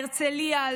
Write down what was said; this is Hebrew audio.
הרצליה,